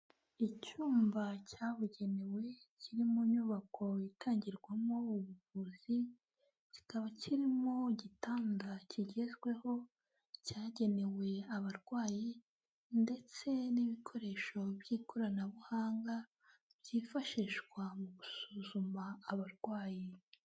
Icyumba cyabugenewe kiri mu nyubako itangirwamo ubuvuzi, kikaba kirimo igitanda kigezweho cyagenewe abarwayi ndetse n'ibikoresho by'ikoranabuhanga byifashishwa mu gusuzuma abarwayi.